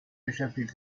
beschäftigt